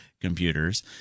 computers